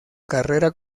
carrera